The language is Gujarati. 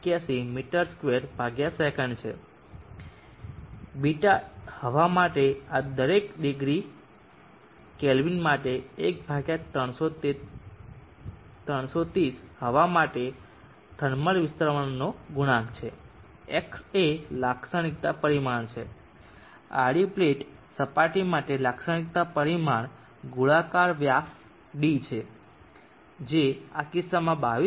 81 મી2 સે છે β હવા માટે આ દરેક ડિગ્રી કેલ્વિન માટે 1330 હવા માટે થર્મલ વિસ્તરણનો ગુણાંક છે X એ લાક્ષણિકતા પરિમાણ છે આડી પ્લેટ સપાટી માટે લાક્ષણિકતા પરિમાણ ગોળાકાર વ્યાસ d છે જે આ કિસ્સામાં 22 સે